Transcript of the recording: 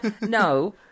No